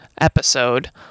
episode